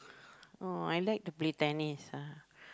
oh I like to play tennis ah